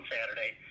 Saturday